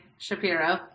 Shapiro